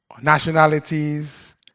nationalities